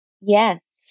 Yes